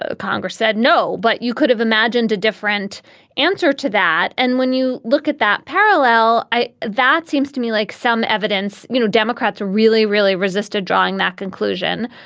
ah congress said no, but you could have imagined a different answer to that. and when you look at that parallel, that seems to me like some evidence. you know, democrats really, really resisted drawing that conclusion.